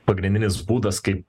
pagrindinis būdas kaip